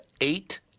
eight